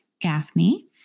gaffney